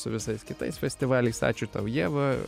su visais kitais festivaliais ačiū tau ieva